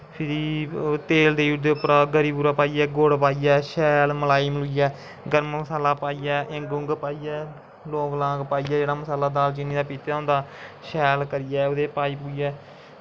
फिरी तेल देई ओड़दे उप्परा दा गरी बूरा पाइयै शैल मलाई मलुइयै गर्म मसाला पाइयै इंग उंग पाइयै लोंग लांग पाइयै जेह्ड़ा मसाला प्हीते दा होंदा शैल करियै ओह्दे च पाई पुइयै